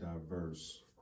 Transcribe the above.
diverse